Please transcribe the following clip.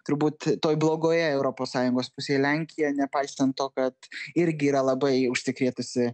turbūt toj blogoje europos sąjungos pusėj lenkija nepaisant to kad irgi yra labai užsikrėtusi